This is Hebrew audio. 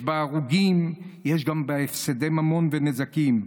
יש הרוגים, יש הפסדי ממון ונזקים.